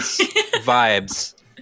vibes